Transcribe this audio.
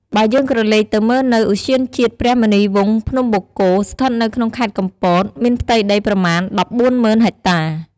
បើយើងក្រឡេកទៅមើលនៅ ឧទ្យានជាតិព្រះមុនីវង្សភ្នំបូកគោ ស្ថិតនៅក្នុងខេត្តកំពត មានផ្ទៃដីប្រមាណ ១៤០,០០០ ហិចតា។